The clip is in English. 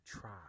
try